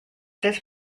this